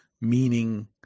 meaning